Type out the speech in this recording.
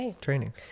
training